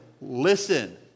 listen